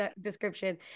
description